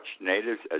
natives